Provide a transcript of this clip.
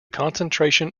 concentration